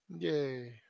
Yay